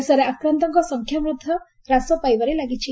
ଦେଶରେ ଆକ୍ରାନ୍ତଙ୍କ ସଂଖ୍ୟା ମଧ୍ୟ ହ୍ରାସ ପାଇବାରେ ଲାଗିଛି